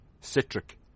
Citric